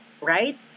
right